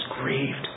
grieved